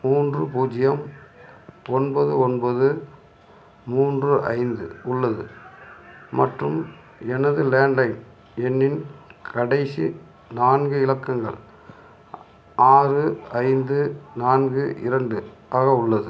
மூன்று பூஜ்யம் ஒன்பது ஒன்பது மூன்று ஐந்து உள்ளது மற்றும் எனது லேண்ட் லைன் எண்ணின் கடைசி நான்கு இலக்கங்கள் ஆறு ஐந்து நான்கு இரண்டு ஆக உள்ளது